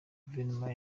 guverinoma